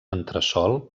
entresòl